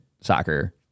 soccer